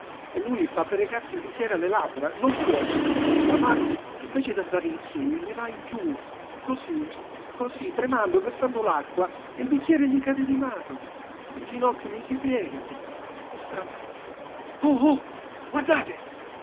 porge lui fa per recarsi il bicchiere alle labbra non può la mano invece d'andare in su gli va in giù così così tremando e versando l'acqua il bicchiere gli cade di mano i ginocchi gli si piegano e stramazza o-òh guardate